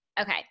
Okay